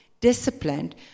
disciplined